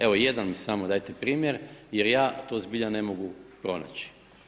Evo jedan mi samo dajte primjer jer ja to zbilja ne mogu pronaći.